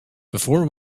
before